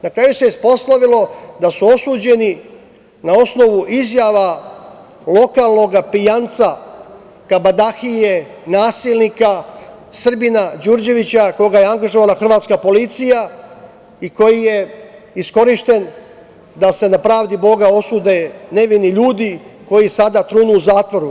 Na kraju se ispostavilo da su osuđeni na osnovu izjava lokalnog pijanca, kabadahije, nasilnika Srbina Đurđevića koga je angažovala hrvatska policija i koji je iskorišćen da se na pravdi Boga osude nevini ljudi koji sada trunu u zatvoru.